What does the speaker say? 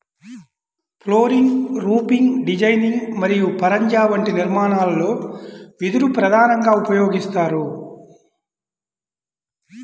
flooring, roofing designing మరియు పరంజా వంటి నిర్మాణాలలో వెదురు ప్రధానంగా ఉపయోగిస్తారు